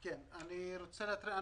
אני רוצה להתריע.